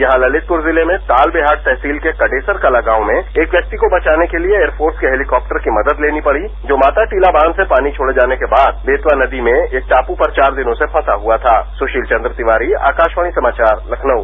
यहां ललतपुर जिले में तालबेहाट तहसील के कादेसराकता गांव से एक व्यक्ति को बचाने के लिए एयस्पोर्ट के हेतीकाप्टर की मदद लेनी पड़ी जो माताटीला बांच से पानी छोड़े जाने के बाद बेतवा नदी में एक टापू पर चार दिनों से फंसा हथा था सुशील चन्द्र तिवारी आकाशवाणी समाचार लखनऊ